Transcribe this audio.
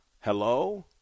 hello